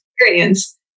experience